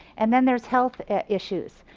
and then there's health issues.